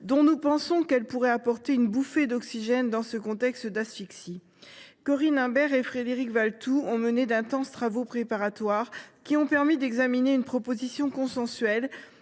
sont susceptibles, selon nous, d’apporter une bouffée d’oxygène dans ce contexte d’asphyxie. Corinne Imbert et Frédéric Valletoux ont mené d’intenses travaux préparatoires, qui ont permis d’aboutir à une rédaction consensuelle.